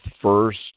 first